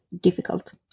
difficult